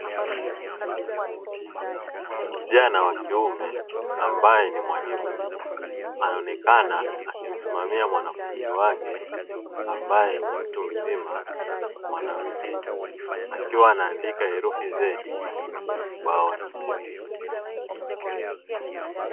Kijana wa kiume, ambaye ni mwalimu anaonekana akimsimamia mwanafunzi wake ambaye ni mtu mzima mwanamke akiwa anaandika herufi "Z" ubaoni.